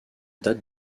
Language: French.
date